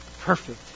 perfect